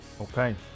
okay